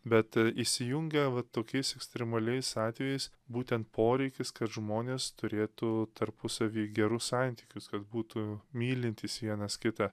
bet įsijungia vat tokiais ekstremaliais atvejais būtent poreikis kad žmonės turėtų tarpusavy gerus santykius kad būtų mylintys vienas kitą